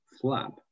flap